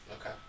Okay